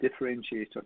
differentiator